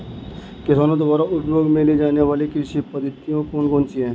किसानों द्वारा उपयोग में लाई जाने वाली कृषि पद्धतियाँ कौन कौन सी हैं?